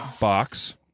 box